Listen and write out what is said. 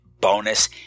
bonus